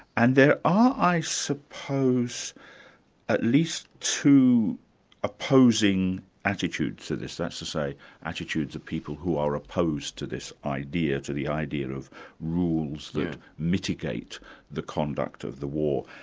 and there are i suppose at least two opposing attitudes to this, that's to say attitudes of people who are opposed to this idea, to the idea of rules that mitigate the conduct of the war.